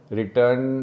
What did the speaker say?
return